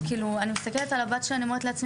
אני כאילו מסתכלת על הבת שלי ואני אומרת לעצמי